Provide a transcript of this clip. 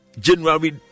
January